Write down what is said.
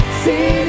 see